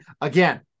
again